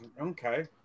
Okay